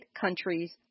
countries